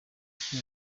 icyo